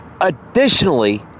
additionally